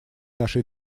нашей